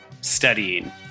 Studying